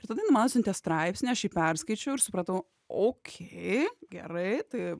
ir tada jin man atsiuntė straipsnį aš jį perskaičiau ir supratau okei gerai tai